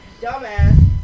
dumbass